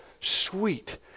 sweet